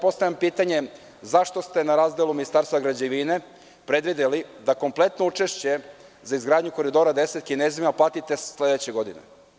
Postavljam pitanje zašto ste na razdelu Ministarstva građevine predvideli da kompletno učešće za izgradnju Koridora 10 Kinezima platite sledeće godine?